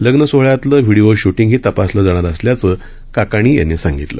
लग्न सोहळ्यातलं व्हिडीओ श्टिंगही तपासलं जाणार असल्याचं काकाणी यांनी सांगितलं